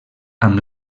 amb